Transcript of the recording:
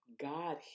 God